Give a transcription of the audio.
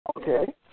Okay